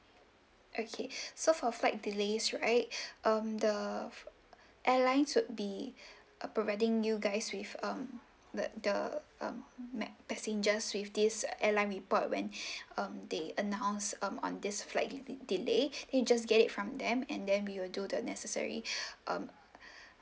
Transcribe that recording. okay so for flight delays right um the airlines would be uh providing you guys with um the the um mad passengers with this uh airline report when um they announce um on this flight del~ delay you just get it from them and then we will do the necessary um